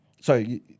Sorry